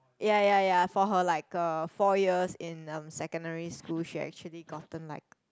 ya ya ya for her like a four years in um secondary school she actually gotten like